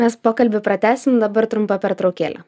mes pokalbį pratęsim dabar trumpa pertraukėlė